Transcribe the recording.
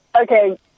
okay